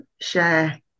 share